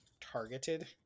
targeted